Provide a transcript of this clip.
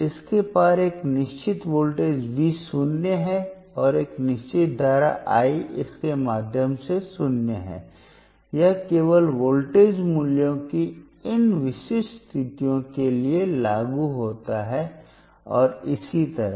इसके पार एक निश्चित वोल्टेज V शून्य है और एक निश्चित धारा I इसके माध्यम से शून्य है यह केवल वोल्टेज मूल्यों की इन विशिष्ट स्थितियों के लिए लागू होता है और इसी तरह